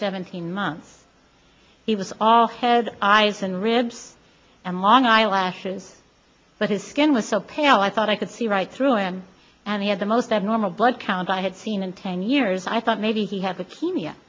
seventeen months he was all had eyes and ribs and long eyelashes but his skin was so pale i thought i could see right through him and he had the most abnormal blood count i had seen in ten years i thought maybe he has a team yet